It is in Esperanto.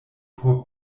por